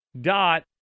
dot